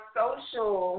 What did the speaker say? social